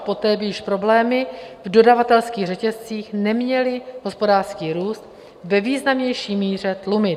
Poté by již problémy v dodavatelských řetězcích neměly hospodářský růst ve významnější míře tlumit.